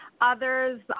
others